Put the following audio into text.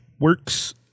works